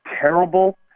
terrible